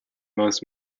most